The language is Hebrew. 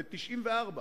ב-1994,